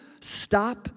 stop